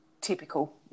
Typical